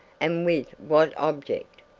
and with what object.